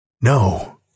No